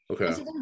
Okay